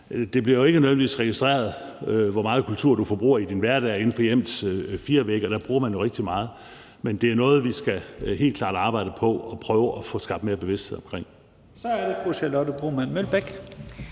det bliver ikke nødvendigvis registreret, hvor meget kultur du forbruger i din hverdag inden for hjemmets fire vægge, og der bruger man det jo rigtig meget. Men det er noget, vi helt klart skal arbejde på at prøve at få skabt mere bevidsthed omkring. Kl. 11:33 Første næstformand (Leif